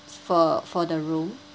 for for the room